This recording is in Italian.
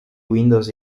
windows